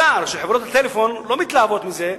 אני אומר בצער שחברות הטלפון לא מתלהבות מזה,